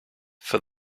for